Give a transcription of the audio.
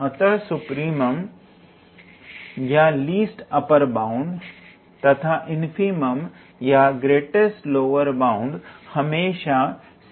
अतः सुप्रीमम या least upper bound तथा इनफीमम या ग्रेटेस्ट लोअर बाउंड हमेशा 𝑐𝑏−𝑎 होगा